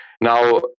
now